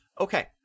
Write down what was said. Okay